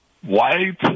White